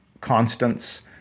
constants